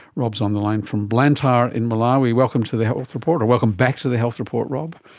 rob is on the line from blantyre in malawi. welcome to the health report, or welcome back to the health report rob.